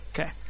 Okay